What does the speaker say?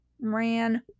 ran